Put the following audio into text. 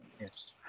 Yes